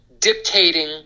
dictating